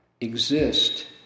exist